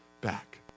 back